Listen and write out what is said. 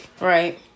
Right